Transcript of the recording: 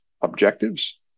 objectives